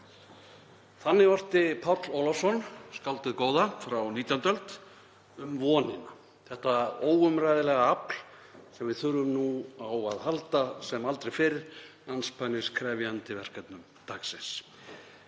Þannig orti Páll Ólafsson, skáldið góða á 19. öld, um vonina, þetta óumræðilega afl sem við þurfum nú á að halda sem aldrei fyrr andspænis krefjandi verkefnum dagsins.